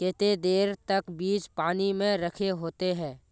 केते देर तक बीज पानी में रखे होते हैं?